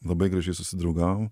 labai gražiai susidraugavom